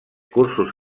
cursos